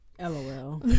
LOL